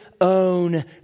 own